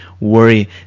worry